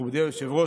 מכובדי היושב-ראש,